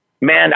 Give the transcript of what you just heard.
Man